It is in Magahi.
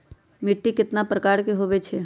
मिट्टी कतना प्रकार के होवैछे?